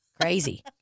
Crazy